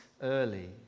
early